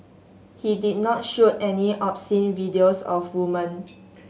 he did not shoot any obscene videos of women